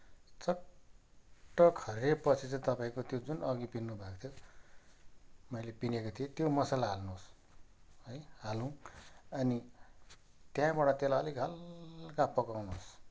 चट्ट खरिएपछि चाहिँ तपाईँको त्यो जुन अघि पिस्नुभएको थियो मैले पिसेको थिएँ त्यो मसाला हाल्नुहोस् है हालौँ अनि त्यहाँबाट त्यसलाई अलिक हलुका पकाउनुहोस्